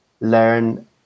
learn